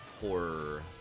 horror